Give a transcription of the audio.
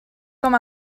com